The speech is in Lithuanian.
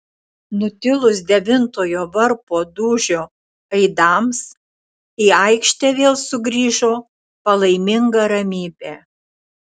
nutilus devintojo varpo dūžio aidams į aikštę vėl sugrįžo palaiminga ramybė